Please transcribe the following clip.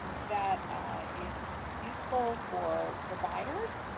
that is useful for providers.